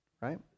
Right